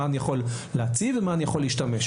מה אני יכול להציב ומה אני יכול להשתמש.